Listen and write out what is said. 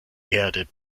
erde